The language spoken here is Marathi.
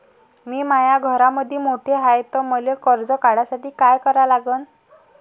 मी माया घरामंदी मोठा हाय त मले कर्ज काढासाठी काय करा लागन?